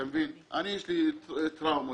יש לי טראומות,